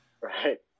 right